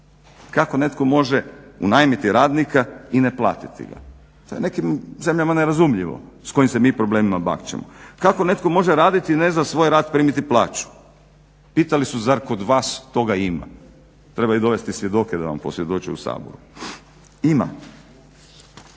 kako netko može unajmiti radnika i ne platiti ga. To je nekim zemljama nerazumljivo s kojim se mi problemima bakćemo. Kako netko može raditi i ne za svoj rad primiti plaću, pitali su zar kod vas toga ima? Treba i dovesti svjedoke da i posvjedoče u saboru. Ima.